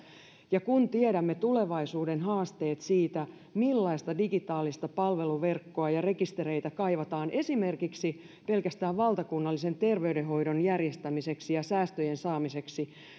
ja kun tiedämme tulevaisuuden haasteet siitä millaista digitaalista palveluverkkoa ja rekistereitä kaivataan esimerkiksi pelkästään valtakunnallisen terveydenhoidon järjestämiseksi ja säästöjen saamiseksi